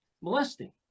molesting